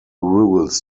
rules